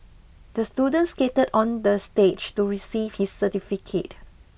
the student skated on the stage to receive his certificate